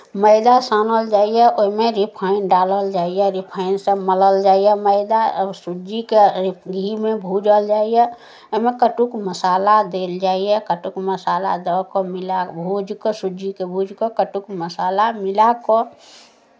मैदा सानल जाइए ओहिमे रिफाइन डालल जाइए रिफाइनसँ मलल जाइए मैदा सूजीकेँ रि घीमे भूजल जाइए ओहिमे कटुक मसाला देल जाइए कटुक मसाला दऽ कऽ मिला भूजि कऽ सूजीकेँ भुजि कऽ कटुक मसाला मिला कऽ